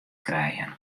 krijen